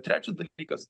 trečias dalykas